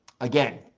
again